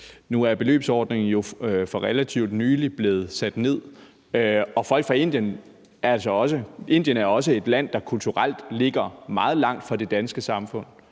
Nu er beløbsordningen jo for relativt nylig blevet sat ned. Og Indien er altså også et land, der kulturelt ligger meget langt fra det danske samfund.